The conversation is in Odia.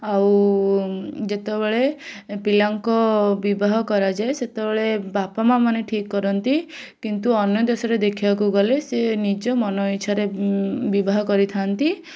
ଆଉ ଯେତେବେଳେ ପିଲାଙ୍କ ବିବାହ କରାଯାଏ ସେତବେଳେ ବାପ ମାଁ ମାନେ ଠିକ୍ କରନ୍ତି କିନ୍ତୁ ଅନ୍ୟ ଦେଶରେ ଦେଖିବାକୁ ଗଲେ ସିଏ ନିଜ ମନ ଇଚ୍ଛାରେ ବିବାହ କରିଥାନ୍ତି